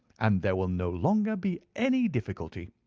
and there will no longer be any difficulty.